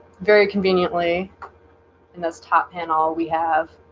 very conveniently in this top panel we have